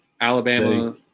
Alabama